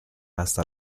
hasta